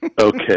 okay